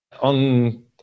On